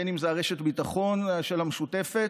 אם זה רשת הביטחון של המשותפת,